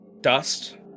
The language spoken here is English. dust